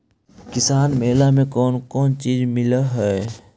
किसान मेला मे कोन कोन चिज मिलै है?